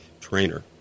trainer